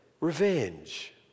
revenge